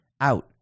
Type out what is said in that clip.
out